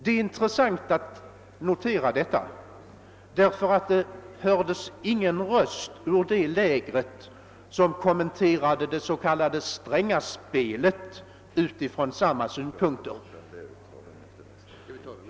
Det är intressant att notera detta eftersom det inte höjdes någon röst ur det lägret för att kommentera det s.k. Strängaspelet utifrån samma synpunkter.